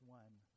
one